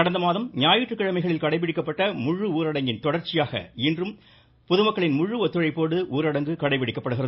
கடந்த மாதம் ஞாயிற்றுக்கிழமைகளில் கடைபிடிக்கப்பட்ட முழு ஊரடங்கின் தொடர்ச்சியாக இன்றும் பொதுமக்களின் முழு ஒத்துழைப்போடு ஊரடங்கு கடைபிடிக்கப்படுகிறது